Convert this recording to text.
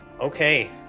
Okay